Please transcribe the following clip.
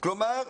כלומר,